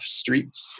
streets